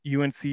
UNC